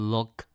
Look